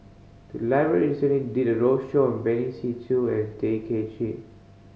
the library recently did a roadshow on Benny Se Teo and Tay Kay Chin